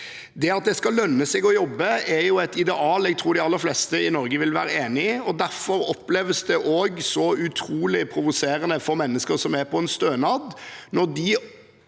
At det skal lønne seg å jobbe, er et ideal jeg tror de aller fleste i Norge vil være enig i. Derfor oppleves det så utrolig provoserende for mennesker som er på en stønad,